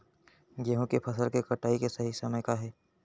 गेहूँ के फसल के कटाई के सही समय का हे?